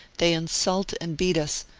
they insult and beat us,